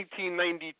1992